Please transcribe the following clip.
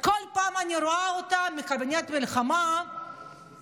כל פעם אני רואה את קבינט המלחמה בפוזה,